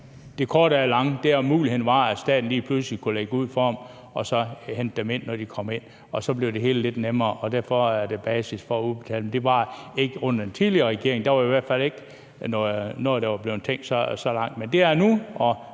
Det korte af det lange er, at muligheden var, at staten lige pludselig kunne lægge for dem og så hente dem ind, når de kom ind, og så blev det hele lidt nemmere, og derfor er der basis for at udbetale dem. Det var der ikke under den tidligere regering – der var i hvert fald ikke nogen, der havde tænkt så langt